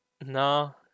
No